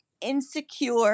insecure